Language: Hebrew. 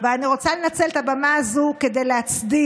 ואני רוצה לצטט מתוך דברי העיתונאית מורן אזולאי.